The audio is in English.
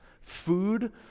Food